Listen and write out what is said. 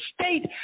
state